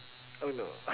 oh no